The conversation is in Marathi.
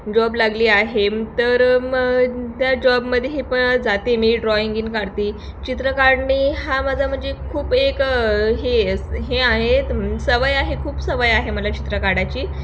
जॉब लागली आहे तर म त्या जॉबमध्येही पण जाते मी ड्रॉईंगीन काढते चित्र काढणे हा माझा म्हणजे खूप एक हे हे आहेत सवय आहे खूप सवय आहे मला चित्र काढायची